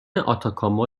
آتاکاما